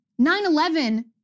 9-11